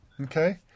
Okay